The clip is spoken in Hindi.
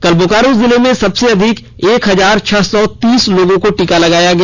कल बोकारो जिले में सबसे अधिक एक हजार छह सौ तीस लोगों को टीका लगाया गया